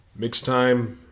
MixTime